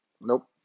Nope